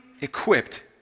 equipped